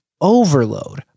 overload